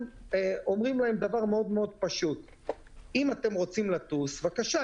אומרים להם: אם אתם רוצים לטוס בבקשה.